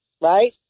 right